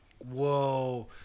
Whoa